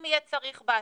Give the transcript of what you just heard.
אם יהיה צריך בעתיד.